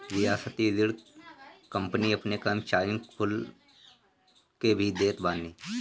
रियायती ऋण कंपनी अपनी कर्मचारीन कुल के भी देत बानी